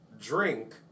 drink